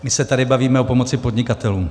My se tady bavíme o pomoci podnikatelům.